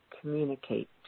communicate